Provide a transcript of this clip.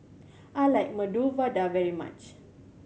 I like Medu Vada very much